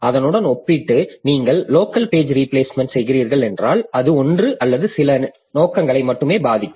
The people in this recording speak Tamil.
அதனுடன் ஒப்பிட்டு நீங்கள் லோக்கல் பேஜ் ரீபிளேஸ்மெண்ட்ச் செய்கிறீர்கள் என்றால் அது ஒன்று அல்லது சில நோக்கங்களை மட்டுமே பாதிக்கும்